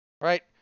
Right